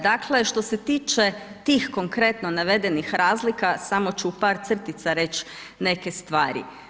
Dakle, što se tiče tih konkretno navedenih razlika samo ću u par crtica reći neke stvari.